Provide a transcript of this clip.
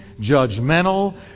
judgmental